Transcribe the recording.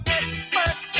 expert